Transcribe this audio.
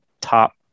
top